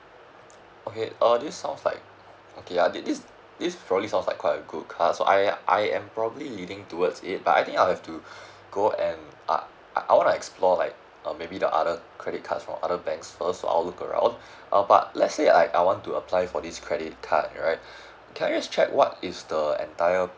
okay uh this sounds like okay ya this this this probably sound like quite a good card uh so I I'm probably leading towards it but I think I'll have to go and uh I I want to explore like maybe the other credit cards from other bank first so I'll look around err but let's say I I want to apply for this credit card right can I just check what is the entire